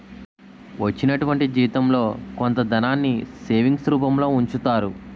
వచ్చినటువంటి జీవితంలో కొంత ధనాన్ని సేవింగ్స్ రూపంలో ఉంచుతారు